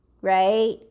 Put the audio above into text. right